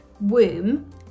womb